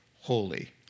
holy